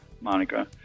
Monica